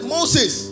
Moses